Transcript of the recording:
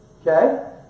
Okay